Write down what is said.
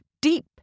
deep